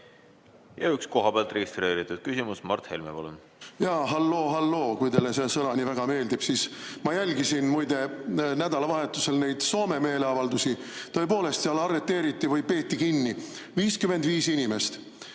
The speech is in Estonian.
Ja üks kohapealt registreeritud küsimus. Mart Helme, palun! Halloo-halloo, kui teile see sõna nii väga meeldib. Ma jälgisin muide nädalavahetusel neid Soome meeleavaldusi. Tõepoolest, seal arreteeriti või peeti kinni 55 inimest.